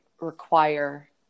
require